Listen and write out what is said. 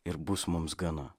ir bus mums gana